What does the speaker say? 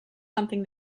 something